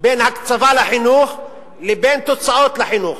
בין הקצבה לחינוך לבין תוצאות החינוך,